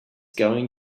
going